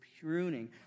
pruning